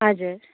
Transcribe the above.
हजुर